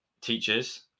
teachers